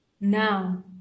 Now